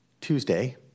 Tuesday